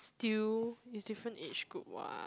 still it's different age group [what]